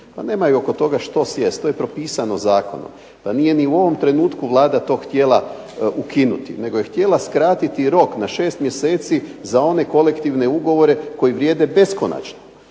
nemaju oko toga što sjesti, to je propisano zakonom. Pa nije ni u ovom trenutku Vlada to htjela ukinuti, nego je htjela skratiti rok na 6 mjeseci za one kolektivne ugovore koji vrijede beskonačno.